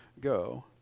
go